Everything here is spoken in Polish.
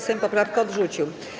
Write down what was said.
Sejm poprawkę odrzucił.